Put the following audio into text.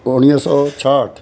उणिवीह सौ छाहठि